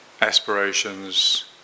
aspirations